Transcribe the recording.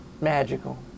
Magical